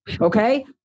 Okay